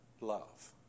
love